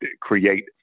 create